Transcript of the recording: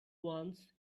once